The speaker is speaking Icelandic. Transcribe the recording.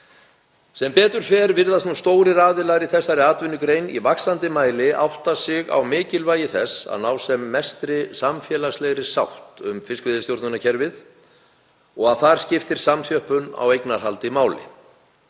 Sem betur fer virðast nú stórir aðilar í þessari atvinnugrein í vaxandi mæli átta sig á mikilvægi þess að ná sem mestri samfélagslegri sátt um fiskveiðistjórnarkerfið og þar skiptir samþjöppun á eignarhaldi máli.